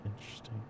interesting